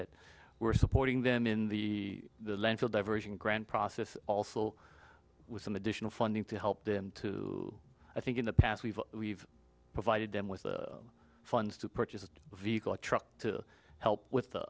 it we're supporting them in the landfill diversion grant process also with some additional funding to help them to i think in the past we've we've provided them with funds to purchase a vehicle a truck to help with the